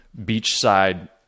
beachside